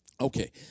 Okay